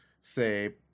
say